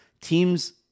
teams